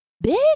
big